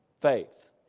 faith